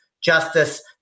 Justice